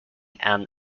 and